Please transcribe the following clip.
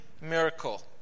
miracle